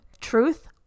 Truth